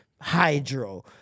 hydro